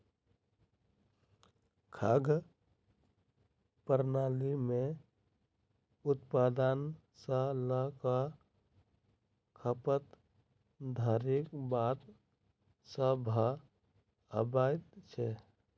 खाद्य प्रणाली मे उत्पादन सॅ ल क खपत धरिक बात सभ अबैत छै